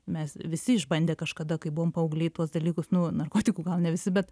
mes visi išbandę kažkada kai buvom paaugliai tuos dalykus nu narkotikų gal ne visi bet